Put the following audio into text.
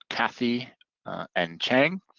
kathy and chang.